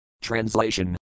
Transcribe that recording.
Translation